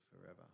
forever